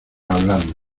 hablarme